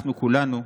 אנחנו כולנו,